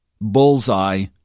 Bullseye